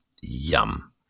yum